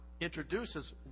introduces